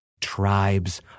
tribes